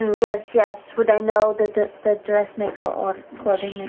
yes, yes, would i know the the dress maker or clothing